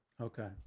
Okay